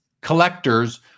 collectors